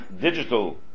digital